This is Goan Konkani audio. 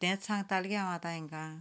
तेंच सांगतालो गे हांव आतां हांकां